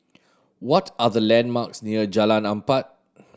what are the landmarks near Jalan Empat